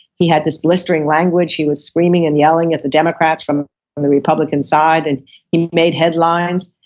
he had this blistering language, he was screaming and yelling at the democrats from and the republican side, and he made headlines.